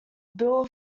bill